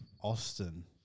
Austin